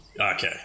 Okay